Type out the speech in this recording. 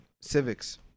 civics